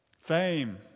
Fame